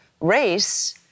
race